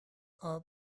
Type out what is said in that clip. are